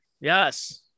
Yes